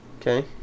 Okay